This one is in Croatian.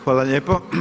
Hvala lijepo.